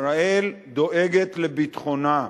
ישראל דואגת לביטחונה.